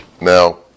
Now